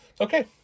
Okay